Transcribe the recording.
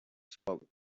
spoke